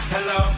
Hello